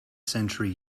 century